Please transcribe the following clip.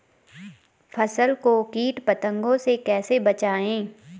फसल को कीट पतंगों से कैसे बचाएं?